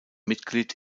mitglied